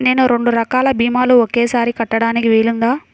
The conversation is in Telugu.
నేను రెండు రకాల భీమాలు ఒకేసారి కట్టడానికి వీలుందా?